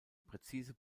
präzise